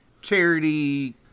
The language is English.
charity